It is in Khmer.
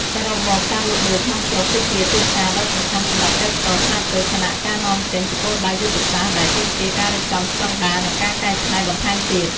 សរុបមក ការលក់ដូរក្នុងស្រុកគឺជាទីផ្សារដ៏សំខាន់សម្រាប់កសិករខ្នាតតូច ខណៈការនាំចេញជាគោលដៅយុទ្ធសាស្ត្រដែលទាមទារការរៀបចំស្តង់ដារ និងការកែច្នៃបន្ថែមទៀត។